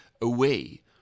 away